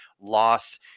loss